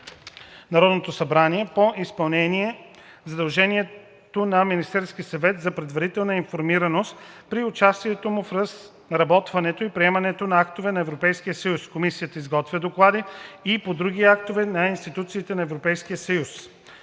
Народното събрание по изпълнение задължението на Министерския съвет за предварителна информираност при участието му в разработването и приемането на актове на Европейския съюз. Комисията изготвя доклади и по други актове на институциите на Европейския съюз.“